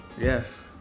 Yes